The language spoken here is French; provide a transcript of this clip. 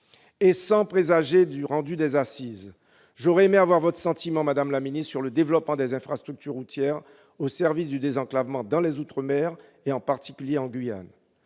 et sans présager du résultat des Assises, j'aurais aimé avoir votre sentiment, madame la ministre, sur le développement des infrastructures routières en vue du désenclavement des outre-mer, en particulier en Guyane.